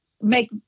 make